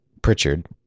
Pritchard